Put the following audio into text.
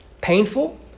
painful